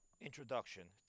introduction